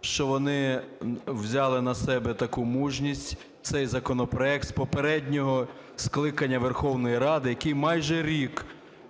що вони взяли на себе таку мужність: цей законопроект з попереднього скликання Верховної Ради, який майже рік